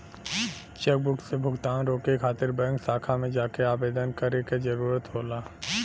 chequebook से भुगतान रोके खातिर बैंक शाखा में जाके आवेदन करे क जरुरत होला